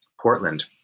Portland